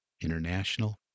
International